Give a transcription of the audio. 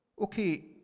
Okay